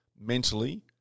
mentally